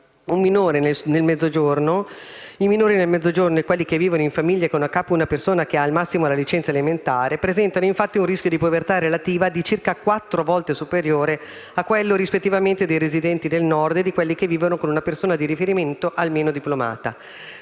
hanno i suoi genitori. I minori nel Mezzogiorno e quelli che vivono in famiglie con a capo una persona che ha al massimo la licenza elementare presentano infatti un rischio di povertà relativa di circa 4 volte superiore a quello, rispettivamente, dei residenti nel Nord e di quelli che vivono con una persona di riferimento almeno diplomata.